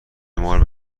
مار